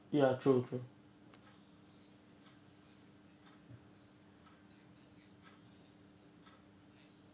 ya true true